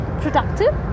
productive